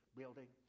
building